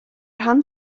rhan